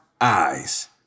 eyes